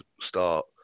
start